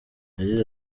yagize